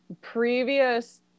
previous